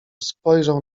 spojrzał